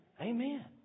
Amen